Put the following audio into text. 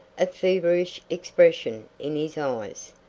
a feverish expression in his eyes.